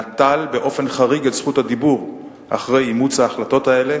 נטל באופן חריג את זכות הדיבור אחרי אימוץ ההחלטות האלה,